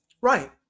Right